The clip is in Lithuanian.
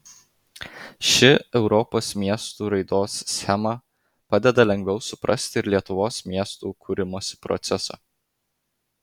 ši europos miestų raidos schema padeda lengviau suprasti ir lietuvos miestų kūrimosi procesą